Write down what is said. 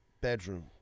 bedroom